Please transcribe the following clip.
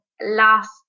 last